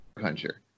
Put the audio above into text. puncher